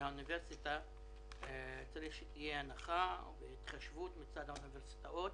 לדעתי צריך שתהיה הנחה והתחשבות מצד האוניברסיטאות.